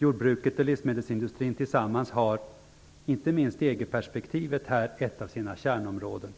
Jordbruket och livsmedelsindustrin tillsammans har, inte minst i EG-perspektivet, här ett av sina kärnområden